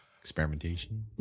experimentation